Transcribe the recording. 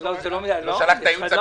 בבקשה, עודד.